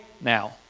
now